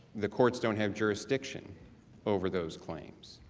the courts don't have jurisdiction over those claims.